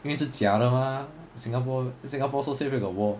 因为是假的 mah singapore singapore so safe where got war